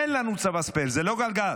אין לנו צבא ספייר, זה לא גלגל.